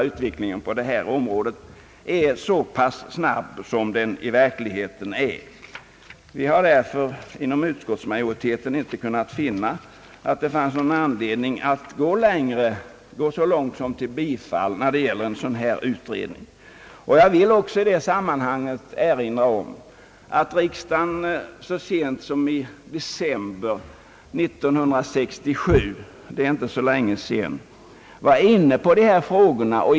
Utskottsmajoriteten har därför inte kunnat finna anledning att tillstyrka en sådan utredning. Jag vill i detta sammanhang också erinra om att riksdagen så sent som i december 1967 — alltså för inte så länge sedan — var inne på dessa frågor.